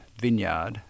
vineyard